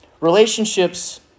Relationships